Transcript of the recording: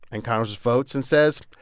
and congress votes and says,